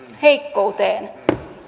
heikkouteen